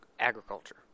agriculture